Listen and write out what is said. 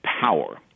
power